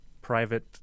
private